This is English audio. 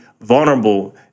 vulnerable